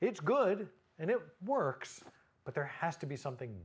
it's good and it works but there has to be something